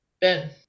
Ben